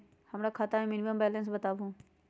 हमरा खाता में मिनिमम बैलेंस बताहु?